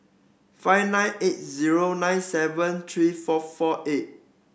five nine eight zero nine seven three four four eight